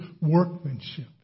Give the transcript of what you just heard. workmanship